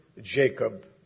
Jacob